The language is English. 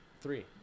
three